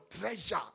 treasure